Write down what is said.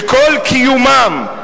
שכל קיומם,